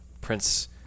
Prince